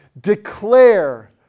declare